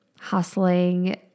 hustling